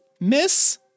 Miss